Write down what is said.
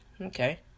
Okay